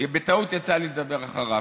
בטעות יצא לי לדבר אחריו.